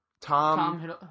Tom